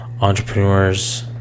entrepreneurs